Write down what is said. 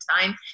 time